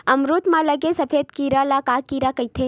अमरूद म लगे सफेद कीरा ल का कीरा कइथे?